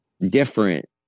different